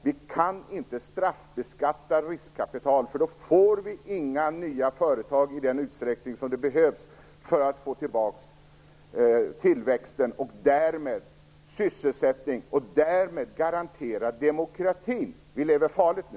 Vi kan inte straffbeskatta riskkapital, för då får vi inga nya företag i den utsträckning som behövs för att få tillbaka tillväxten och därmed sysselsättning - och för att därmed garantera demokratin. Vi lever farligt nu.